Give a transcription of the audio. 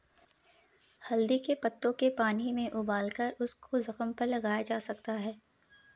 हल्दी के पत्तों के पानी में उबालकर उसको जख्म पर लगाया जा सकता है